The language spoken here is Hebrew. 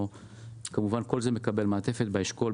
כמובן, כל זה מקבל מעטפת באשכול.